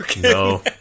No